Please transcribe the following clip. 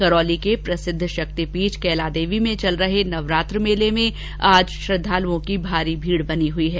करौली के प्रसिद्ध शक्तिपीठ कैलादेवी में चल रहे नवरात्र मेले में आज श्रद्दालुओं की भारी भीड़ बनी हुई है